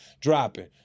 dropping